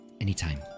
Anytime